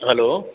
hello